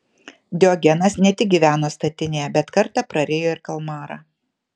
diogenas ne tik gyveno statinėje bet kartą prarijo ir kalmarą